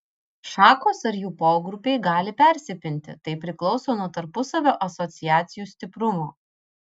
šakos ar jų pogrupiai gali persipinti tai priklauso nuo tarpusavio asociacijų stiprumo